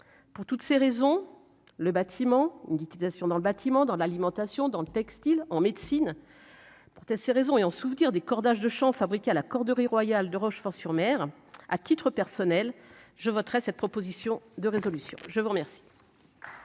pour toutes ces raisons, le bâtiment une liquidation dans le bâtiment, dans l'alimentation dans le textile en médecine pour toutes ces raisons et en souvenir des cordages de chant fabriqué à la Corderie royale de Rochefort sur Mer à titre personnel, je voterai cette proposition de résolution, je vous remercie.